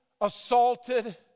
assaulted